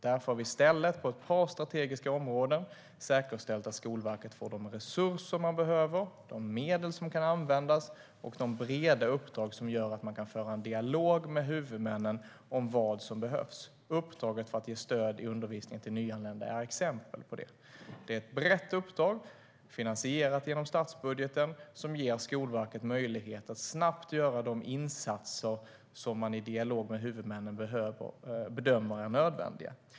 Därför har vi i stället på ett par strategiska områden säkerställt att Skolverket får de resurser man behöver, de medel som kan användas och de breda uppdrag som gör att man kan föra en dialog med huvudmännen om vad som behövs. Uppdraget att ge stöd i undervisningen till nyanlända är ett exempel på detta. Det är ett brett uppdrag, finansierat genom statsbudgeten, som ger Skolverket möjlighet att snabbt göra de insatser som man i dialog med huvudmännen bedömer är nödvändiga.